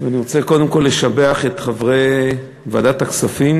ואני רוצה קודם כול לשבח את חברי ועדת הכספים